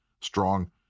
strong